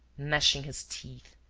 gnashing his teeth,